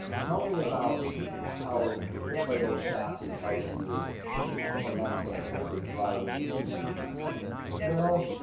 tell me about how the prevost chassis helps you from that standpoint, the driving ease of this. well,